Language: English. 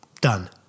Done